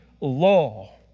Law